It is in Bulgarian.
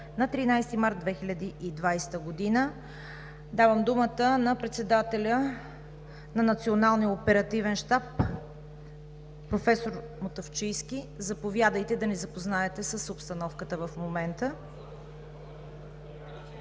на 13 март 2020 г. Давам думата на председателя на Националния оперативен щаб професор Мутафчийски. Заповядайте да ни запознаете с обстановката в момента.